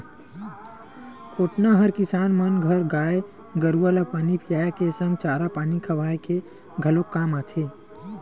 कोटना हर किसान मन घर गाय गरुवा ल पानी पियाए के संग चारा पानी खवाए के घलोक काम आथे